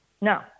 No